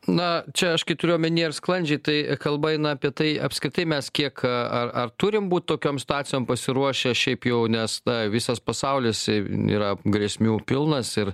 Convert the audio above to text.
na čia aš kai turiu omeny ar sklandžiai tai kalba eina apie tai apskritai mes kiek ar ar turim būt tokiom situacijom pasiruošę šiaip jau nes na visas pasaulis yra grėsmių pilnas ir